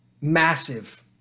massive